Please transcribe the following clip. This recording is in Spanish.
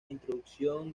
introducción